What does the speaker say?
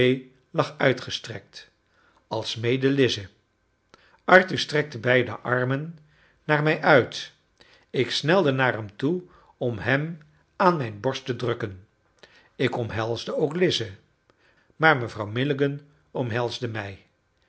lag uitgestrekt alsmede lize arthur strekte beide armen naar mij uit ik snelde naar hem toe om hem aan mijn borst te drukken ik omhelsde ook lize maar mevrouw milligan omhelsde mij